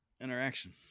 interaction